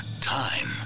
time